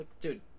Dude